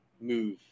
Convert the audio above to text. move